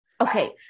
Okay